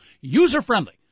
User-friendly